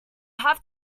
have